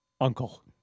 uncle